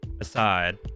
aside